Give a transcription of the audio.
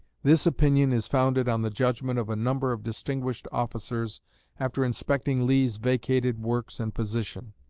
this opinion is founded on the judgment of a number of distinguished officers after inspecting lee's vacated works and position.